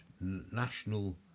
national